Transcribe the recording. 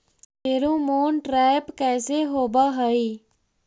Pheromone trap कैसे होब हई?